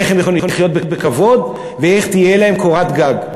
איך הם יכולים לחיות בכבוד ואיך תהיה להם קורת גג.